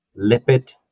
lipid